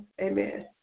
Amen